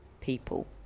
people